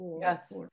Yes